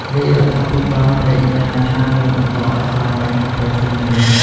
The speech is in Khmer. រាជរដ្ឋាភិបាលប្តេជ្ញាថានឹងបន្តដោះស្រាយបញ្ហាប្រឈមទាំងនេះ។